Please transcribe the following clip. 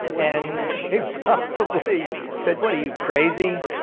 and he probably said what are you, crazy?